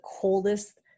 coldest